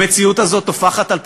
המציאות הזאת טופחת על פניכם.